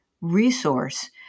resource